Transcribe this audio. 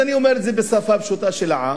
אז אני אומר את זה בשפה פשוטה של העם,